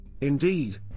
Indeed